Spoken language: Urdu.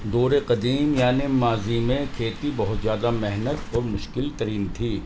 دورے قدیم یعنی ماضی میں کھیتی بہت زیادہ محنت اور مشکل ترین تھی